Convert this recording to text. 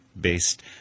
based